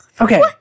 Okay